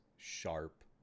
sharp